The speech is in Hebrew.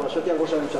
לא, שאלתי על ראש הממשלה.